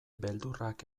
beldurrak